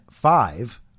Five